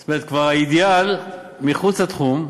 זאת אומרת, כבר האידיאל מחוץ לתחום.